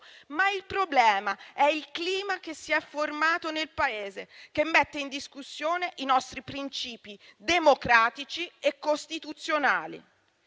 ma il problema è il clima che si è formato nel Paese, che mette in discussione i nostri principi democratici e costituzionali.